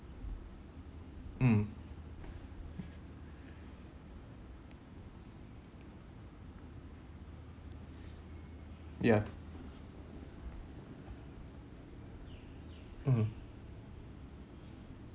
mm ya mm